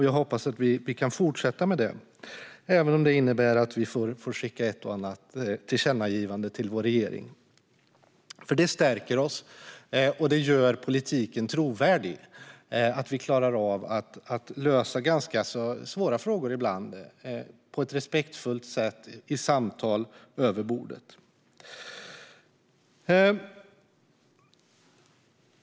Jag hoppas att vi kan fortsätta med det, även om det innebär att vi får skicka ett och annat tillkännagivande till vår regering, för det stärker oss och gör politiken trovärdig att vi klarar av att lösa ibland ganska svåra frågor på ett respektfullt sätt i samtal över bordet.